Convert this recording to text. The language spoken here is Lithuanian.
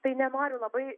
tai nenoriu labai